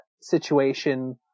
situation